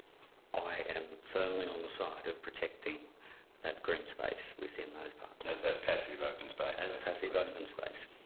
i am firmly on the side of protecting that green space within those parklands. as passive open space. as passive open space.